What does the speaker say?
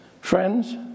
Friends